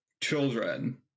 children